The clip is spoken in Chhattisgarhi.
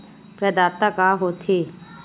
प्रदाता का हो थे?